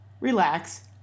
relax